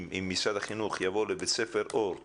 אם משרד החינוך יבוא לבית ספר אורט